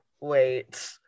wait